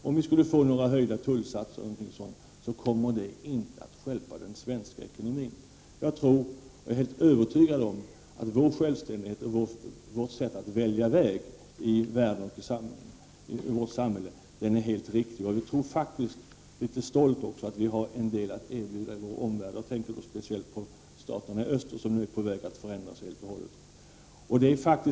Om vi skulle få några höjningar av tullsatser eller liknande kommer detta inte att stjälpa den svenska ekonomin. Jag är helt övertygad om att vår självständighet och vårt sätt att välja väg i världen och i vårt samhälle är helt riktigt. Jag tror faktiskt också — och jag är litet stolt över detta — att vi har en del att erbjuda vår omvärld. Jag tänkte då speciellt på staterna i öst, som nu är på väg att förändras helt och hållet.